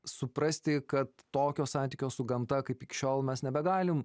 suprasti kad tokio santykio su gamta kaip iki šiol mes nebegalim